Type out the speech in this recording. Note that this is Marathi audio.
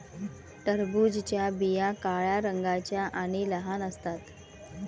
टरबूजाच्या बिया काळ्या रंगाच्या आणि लहान असतात